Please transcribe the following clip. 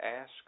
ask